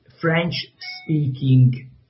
French-speaking